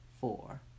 four